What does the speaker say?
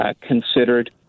considered